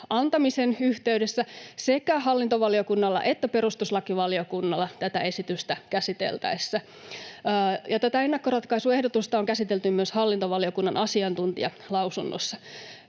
antamisen yhteydessä ja sekä hallintovaliokunnalla että perustuslakivaliokunnalla tätä esitystä käsiteltäessä, ja tätä ennakkoratkaisuehdotusta on käsitelty myös hallintovaliokunnan asiantuntijalausunnossa.